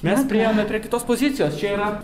mes priėjome prie kitos pozicijos čia yra